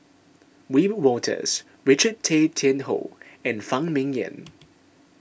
Wiebe Wolters Richard Tay Tian Hoe and Phan Ming Yen